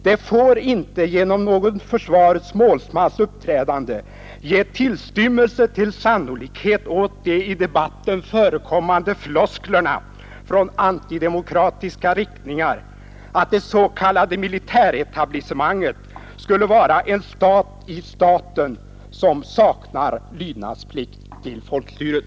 Det får inte genom någon försvarets åtgärd ges ens en tillstymmelse till trovärdighet åt de i debatten förekommande flosklerna från antidemokratiska riktningar att det s.k. militäretablissemanget skulle vara en stat i staten, som saknar lydnadsplikt gentemot folkstyret.